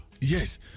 Yes